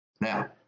Now